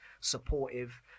supportive